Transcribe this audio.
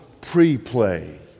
pre-play